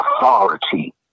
authority